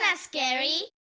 um scary!